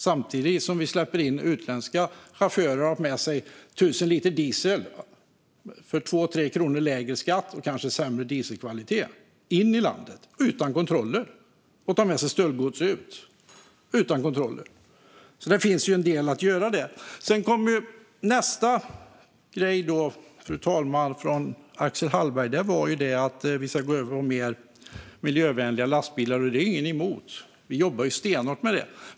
Vi släpper ju samtidigt in utländska chaufförer som har med sig tusen liter diesel, som är inköpt för 2-3 kronor lägre i skatt och kanske har sämre dieselkvalitet, i landet och utan kontroller. Och de tar med sig stöldgods ut utan kontroller. Det finns en del att göra där. Nästa grej från Axel Hallberg var, fru talman, att vi ska gå över till mer miljövänliga lastbilar. Det är ingen emot. Vi jobbar stenhårt med det.